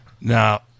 Now